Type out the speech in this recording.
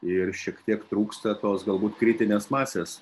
ir šiek tiek trūksta tos galbūt kritinės masės